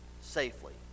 safely